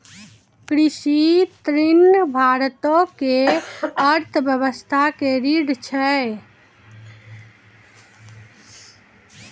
कृषि ऋण भारतो के अर्थव्यवस्था के रीढ़ छै